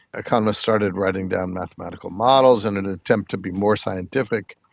economists started writing down mathematical models in an attempt to be more scientific.